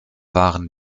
waren